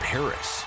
Paris